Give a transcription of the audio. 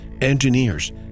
engineers